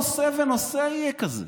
כמעט כל נושא ונושא יהיה כזה.